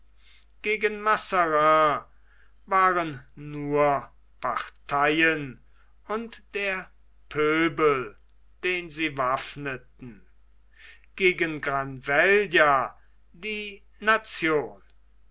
gegen mazarin waren nur parteien und der pöbel den sie waffneten gegen granvella die nation